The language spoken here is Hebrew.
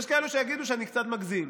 יש כאלה שיגידו שאני קצת מגזים.